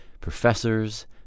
professors